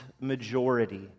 majority